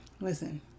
Listen